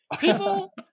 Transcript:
people